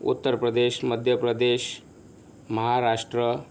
Uttar Pradesh Madhya Pradesh Maharashtra